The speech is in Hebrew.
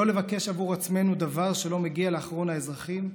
לא לבקש עבור עצמנו דבר שלא מגיע לאחרון האזרחים,